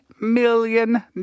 million